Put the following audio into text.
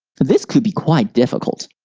this could be quite difficult.